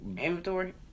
inventory